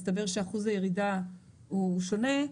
מסתבר שאחוז הירידה הוא שונה.